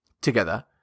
together